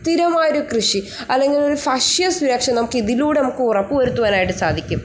തിരമായൊരു കൃഷി അല്ലെങ്കിലൊരു ഭക്ഷ്യസുരക്ഷ നമുക്കിതിലൂടെ നമുക്ക് ഉറപ്പുവരുത്തുവാനായിട്ട് സാധിക്കും